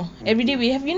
okay